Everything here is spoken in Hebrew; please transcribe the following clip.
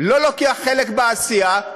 לא לוקח חלק בעשייה,